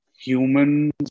humans